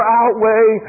outweigh